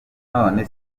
none